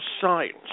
Science